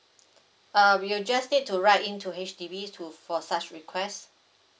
uh you'll just need to write in to H_D_B to for such request